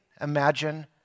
imagine